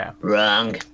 Wrong